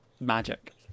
Magic